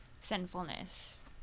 sinfulness